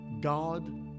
God